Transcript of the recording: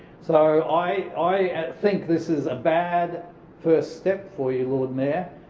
so i think this is a bad first step for you, lord mayor,